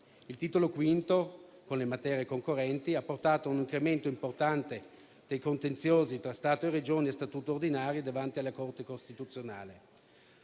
del Titolo V, che, con le materie concorrenti, ha portato un incremento importante dei contenziosi tra Stato e Regioni a statuto ordinario davanti alla Corte costituzionale,